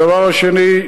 הדבר השני,